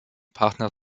partner